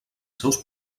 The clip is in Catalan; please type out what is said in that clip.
seus